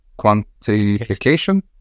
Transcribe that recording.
quantification